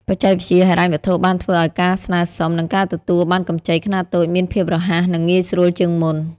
បច្ចេកវិទ្យាហិរញ្ញវត្ថុ បានធ្វើឱ្យការស្នើសុំ និងការទទួលបានកម្ចីខ្នាតតូចមានភាពរហ័ស និងងាយស្រួលជាងមុន។